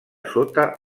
sota